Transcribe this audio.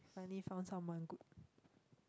finally foudn someone good